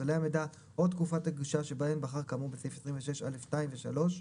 סלי המידע או תקופת הגישה שבהם בחר כאמור בסעיף 26(א)(2) ו-(3)